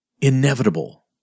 inevitable